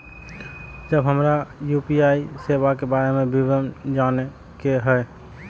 जब हमरा यू.पी.आई सेवा के बारे में विवरण जाने के हाय?